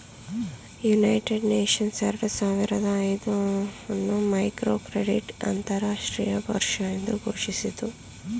United Nations ಎರಡು ಸಾವಿರದ ಐದು ಅನ್ನು ಮೈಕ್ರೋಕ್ರೆಡಿಟ್ ಅಂತರಾಷ್ಟ್ರೀಯ ವರ್ಷ ಎಂದು ಘೋಷಿಸಿತು